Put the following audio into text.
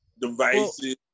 devices